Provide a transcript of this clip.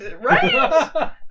Right